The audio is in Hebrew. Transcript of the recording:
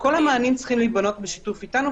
כל המענים צריכים להיבנות בשיתוף איתנו,